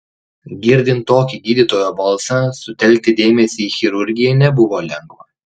girdint tokį gydytojo balsą sutelkti dėmesį į chirurgiją nebuvo lengva